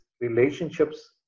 relationships